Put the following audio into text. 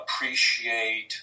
appreciate